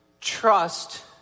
trust